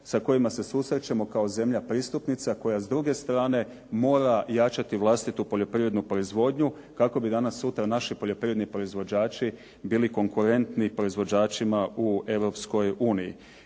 sa kojima se susrećemo kao zemlja pristupnica koja s druge strane mora jačati vlastitu poljoprivrednu proizvodnju kako bi danas sutra naši poljoprivredni proizvođači bili konkurentni proizvođačima u